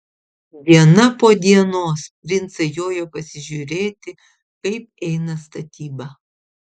diena po dienos princai jojo pasižiūrėti kaip eina statyba